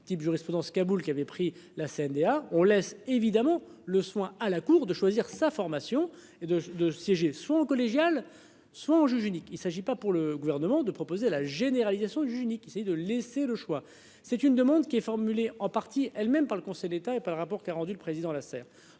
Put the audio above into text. type jurisprudence Kaboul qui avait pris la CNDA on laisse. Un bon le soin à la Cour de choisir sa formation et de de siéger, soit au collégial soit au juge unique. Il s'agit pas pour le gouvernement de proposer la généralisation Juni qui c'est de laisser le choix, c'est une demande qui est formulée en partie elle même par le Conseil d'État. Par rapport qu'a rendu le président la serre.